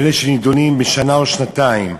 אלה שנידונים לשנה או שנתיים,